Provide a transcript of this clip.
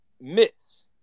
miss